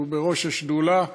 שהוא בראש השדולה,